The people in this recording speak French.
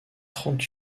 trente